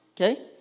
Okay